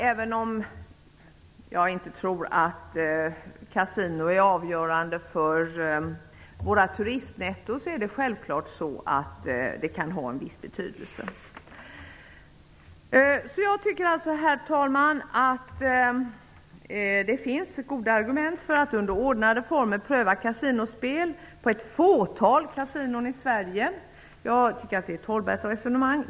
Även om jag inte tror att kasinospel är avgörande för våra turistnetton kan det självklart ha en viss betydelse. Herr talman! Jag tycker att det finns goda argument för att under ordnade former pröva kasinospel på ett fåtal kasinon i Sverige. Jag tycker att det är ett hållbart resonemang.